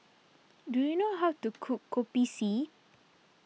do you know how to cook Kopi C